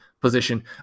position